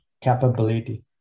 capability